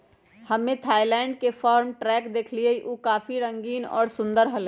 हम्मे थायलैंड के farm truck देखली हल, ऊ काफी रंगीन और सुंदर हलय